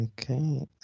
Okay